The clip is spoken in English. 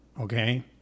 okay